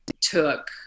took